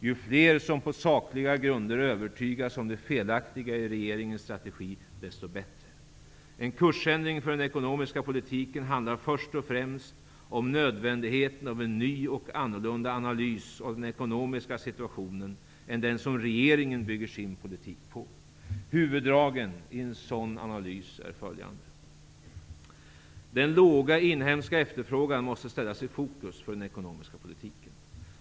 Ju fler som på sakliga grunder övertygas om det felaktiga i regeringens strategi, desto bättre. En kursändring för den ekonomiska politiken handlar först och främst om nödvändigheten av en ny och annorlunda analys av den ekonomiska situationen, än den som regeringen bygger sin politik på. Huvuddragen i en sådan analys är följande: Den låga inhemska efterfrågan måste ställas i fokus för den ekonomiska politiken.